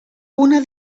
una